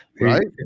Right